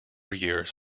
years